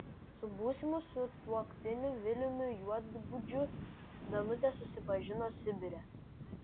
su būsimu sutuoktiniu viliumi juodgudžiu danutė susipažino sibire